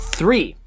three